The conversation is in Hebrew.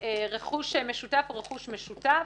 רכוש משותף הוא רכוש משותף